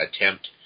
attempt